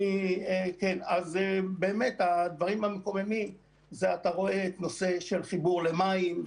אז באמת הדברים המקוממים זה אתה רואה את נושא החיבור למים,